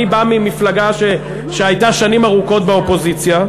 אני בא ממפלגה שהייתה שנים ארוכות באופוזיציה,